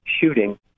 shooting